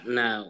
no